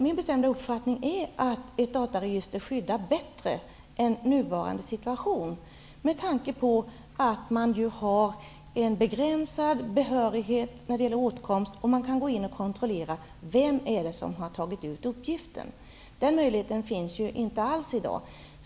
Min bestämda uppfattning är att ett dataregister skyddar bättre än nuvarande system, med tanke på att man ju har en begränsad behörighet när det gäller åtkomst och man kan gå in och kontrollera vem som har tagit ut uppgiften. Den möjligheten finns ju inte alls i dag.